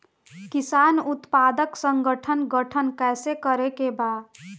किसान उत्पादक संगठन गठन कैसे करके बा?